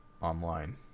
online